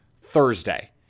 Thursday